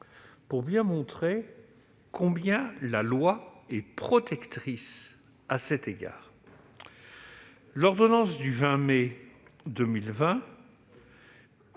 pour montrer combien la loi est protectrice en la matière. L'ordonnance du 20 mai 2020,